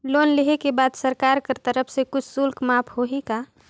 Loan लेहे के बाद सरकार कर तरफ से कुछ शुल्क माफ होही का?